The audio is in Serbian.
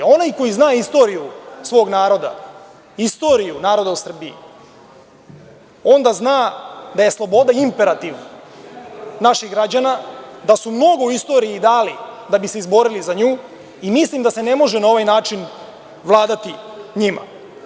Onaj koji zna istoriju svog naroda, istoriju naroda u Srbiji, onda zna da je sloboda imperativ naših građana, da su mnogo istoriji dali da bi se izborili za nju i mislim da se ne može na ovaj način vladati njima.